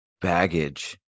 baggage